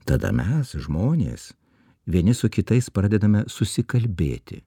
tada mes žmonės vieni su kitais pradedame susikalbėti